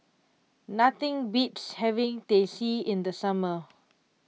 nothing beats having Teh C in the summer